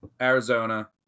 Arizona